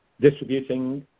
distributing